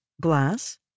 glass